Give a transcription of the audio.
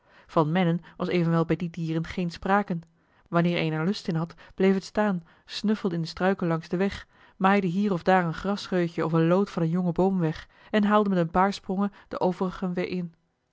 mennen was evenwel bij die dieren geen sprake wanneer een er lust in had bleef het staan snuffelde in eli heimans willem roda de struiken langs den weg maaide hier of daar een grasscheutje of eene loot van een jongen boom weg en haalde met een paar sprongen de overigen weer in